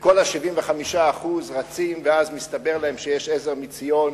וכל ה-75% רצים, ואז מסתבר להם שיש "עזר מציון",